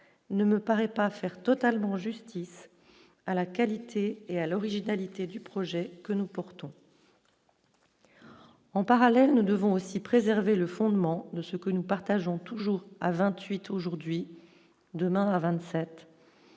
ne me paraît pas faire totalement justice à la qualité et à l'originalité du projet que nous portons en parallèle, nous devons aussi préserver le fondement de ce que nous partageons toujours à 28 aujourd'hui, demain, à 27